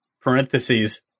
Parentheses